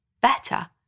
better